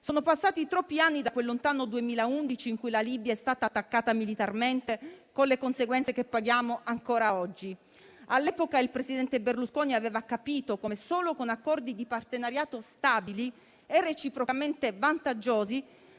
Sono passati troppi anni da quel lontano 2011, in cui la Libia è stata attaccata militarmente con le conseguenze che paghiamo ancora oggi. All'epoca, il presidente Berlusconi aveva capito come solo con accordi di partenariato stabili e reciprocamente vantaggiosi